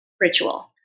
ritual